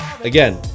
Again